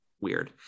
weird